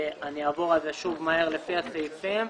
אני אעבור על זה שוב מהר לפי הסעיפים.